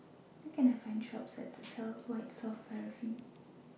Where Can I Find A Shop that sells White Soft Paraffin